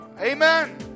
Amen